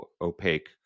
opaque